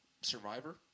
Survivor